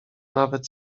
nawet